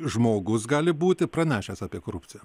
žmogus gali būti pranešęs apie korupciją